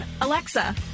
Alexa